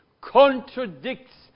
contradicts